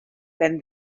then